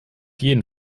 jeden